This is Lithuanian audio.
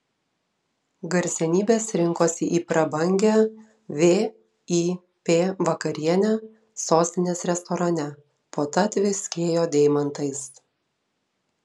garsenybės rinkosi į prabangią vip vakarienę sostinės restorane puota tviskėjo deimantais